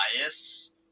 bias